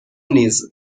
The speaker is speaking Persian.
نیز